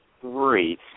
three